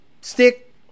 Stick